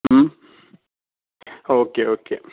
ഉം okay okay